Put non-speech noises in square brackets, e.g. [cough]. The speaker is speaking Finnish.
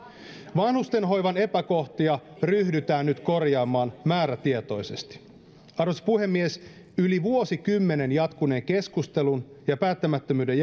vanhustenhoivan epäkohtia ryhdytään nyt korjaamaan määrätietoisesti arvoisa puhemies yli vuosikymmenen jatkuneen keskustelun ja päättämättömyyden [unintelligible]